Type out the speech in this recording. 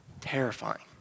terrifying